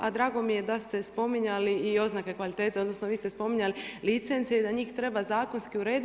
A drago mi je da ste spominjali i oznake kvalitete odnosno vi ste spominjali licence i da njih treba zakonski urediti.